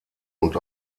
und